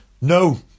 No